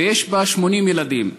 ויש בה 80 ילדים.